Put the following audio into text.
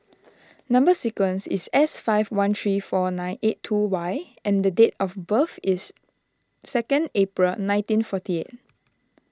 Number Sequence is S five one three four nine eight two Y and date of birth is second April nineteen forty eight